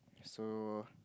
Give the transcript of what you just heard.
so